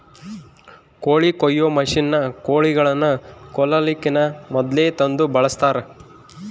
ಕೋಳಿ ಕೊಯ್ಯೊ ಮಷಿನ್ನ ಕೋಳಿಗಳನ್ನ ಕೊಲ್ಲಕಿನ ಮೊದ್ಲೇ ತಂದು ಬಳಸ್ತಾರ